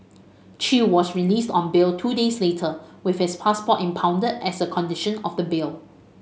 Chew was released on bail two days later with his passport impounded as a condition of the bail